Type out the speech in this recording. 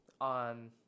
On